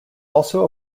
also